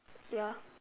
ya